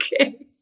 Okay